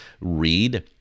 read